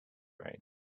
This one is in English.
rain